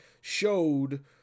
showed